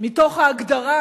מתוך ההגדרה: